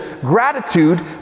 gratitude